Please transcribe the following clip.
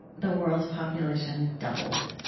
the world's population doubled,